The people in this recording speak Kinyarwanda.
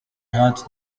hart